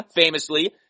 famously